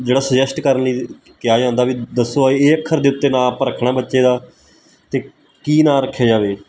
ਜਿਹੜਾ ਸੁਜੈਸਟ ਕਰਨ ਲਈ ਕਿਹਾ ਜਾਂਦਾ ਵੀ ਦੱਸੋ ਇਹ ਅੱਖਰ ਦੇ ਉੱਤੇ ਨਾਂ ਆਪਾਂ ਰੱਖਣਾ ਬੱਚੇ ਦਾ ਅਤੇ ਕੀ ਨਾਂ ਰੱਖਿਆ ਜਾਵੇ